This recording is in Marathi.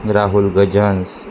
राहुल गजहंस